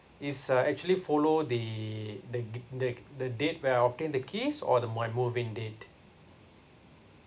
is uh actually follow the the the the date when I obtained the keys or the my move in date